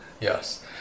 yes